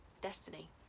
destiny